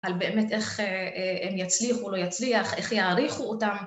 על באמת איך הם יצליחו או לא יצליח, איך יעריכו אותם.